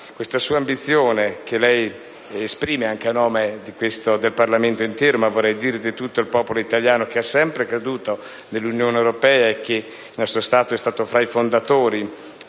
questa sua ambizione, che esprime anche a nome del Parlamento intero (ma vorrei dire di tutto il popolo italiano, il quale ha sempre creduto nell'Unione europea, e il nostro Paese è stato tra i fondatori